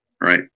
right